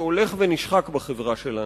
אבל הרעיון הזה הוא רעיון שהולך ונשחק בחברה שלנו.